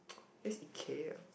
that's Ikea